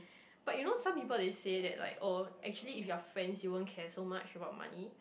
but you know some people they say that like oh actually if you're friends you won't care so much about money